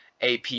AP